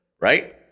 right